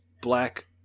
black